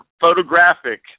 photographic